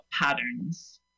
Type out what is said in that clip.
patterns